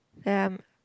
and